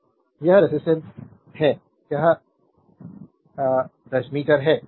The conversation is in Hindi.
स्लाइड टाइम देखें 0707 यह रेजिस्टेंस कता है यह is मीटर है